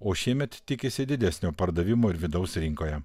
o šiemet tikisi didesnio pardavimo ir vidaus rinkoje